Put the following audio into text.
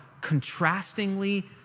contrastingly